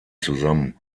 zusammen